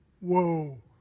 whoa